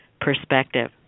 perspective